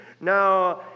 Now